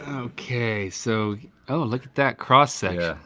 okay so, oh look at that cross-section. yeah,